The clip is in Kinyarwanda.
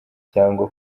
cyangwa